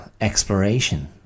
exploration